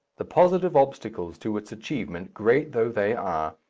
the positive obstacles to its achievement, great though they are,